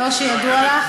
לא שידוע לי.